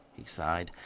he sighed.